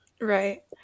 Right